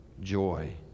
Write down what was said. joy